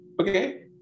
Okay